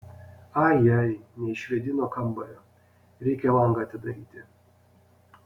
ai ai neišvėdino kambario reikia langą atidaryti